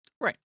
Right